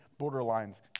Borderlines